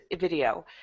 video